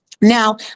Now